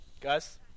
guys